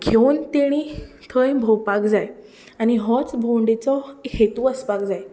घेवन तेणी थंय भोंवपाक जाय आनी होच भोंवडेचो हेतू आसपाक जाय